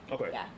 okay